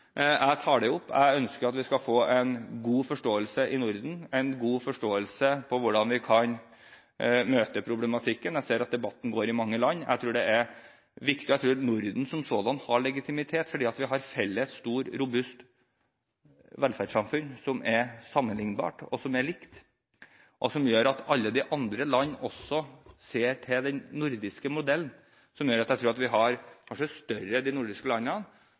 Jeg tar det opp, og jeg ønsker at vi skal få en god forståelse i Norden – en god forståelse av hvordan vi kan møte problematikken. Jeg ser at debatten foregår i mange land. Jeg tror det er viktig at Norden som sådan har legitimitet, fordi vi har store og robuste velferdssamfunn som er sammenlignbare og like, og som gjør at alle de andre landene også ser til den nordiske modellen. Jeg tror det gjør at de nordiske landene kanskje har større slagkraft når det gjelder å vise utfordringsbildet knyttet til velferdseksport, enn